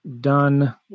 Done